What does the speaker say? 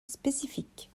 spécifique